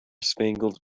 spangled